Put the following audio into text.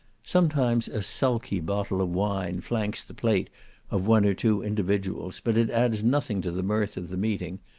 sometimes a sulky bottle of wine flanks the plate of one or two individuals, but it adds nothing to the mirth of the meeting,